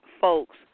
folks